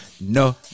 no